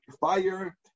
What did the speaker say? fire